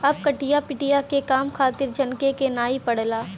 अब कटिया पिटिया के काम खातिर झनके के नाइ पड़ला